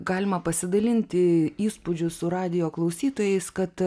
galima pasidalinti įspūdžiu su radijo klausytojais kad